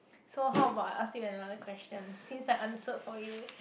so how about I ask you another question since I answered for you